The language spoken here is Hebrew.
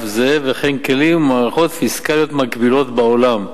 זה וכן כלים ומערכות פיסקליות מקבילים בעולם.